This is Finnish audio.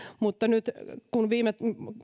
mutta kun viime